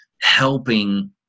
helping